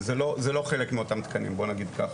זה לא חלק מאותם תקנים בוא נגיד ככה.